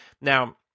Now